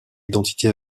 identité